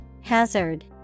Hazard